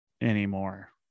anymore